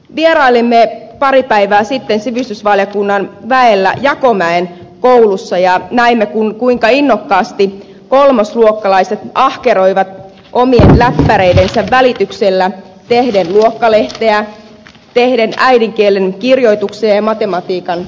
vierailimme pari päivää sitten sivistysvaliokunnan väellä jakomäen koulussa ja näimme kuinka innokkaasti kolmosluokkalaiset ahkeroivat omien läppäreidensä välityksellä tehden luokkalehteä tehden äidinkielen kirjoituksia ja matematiikan tehtäviä